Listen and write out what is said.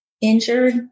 injured